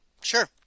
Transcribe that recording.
Sure